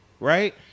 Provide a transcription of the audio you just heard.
Right